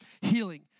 healing